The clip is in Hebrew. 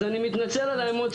אז אני מתנצל על האמוציות,